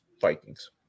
Vikings